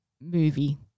movie